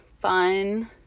fun